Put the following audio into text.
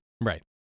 Right